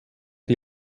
die